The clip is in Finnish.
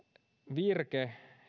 virke